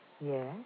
Yes